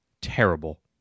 terrible